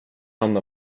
hand